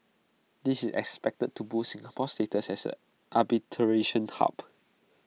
this is expected to boost Singapore's status as arbitration hub